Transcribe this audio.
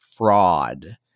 fraud